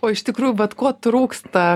o iš tikrųjų vat ko trūksta